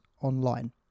online